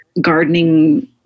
gardening